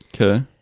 Okay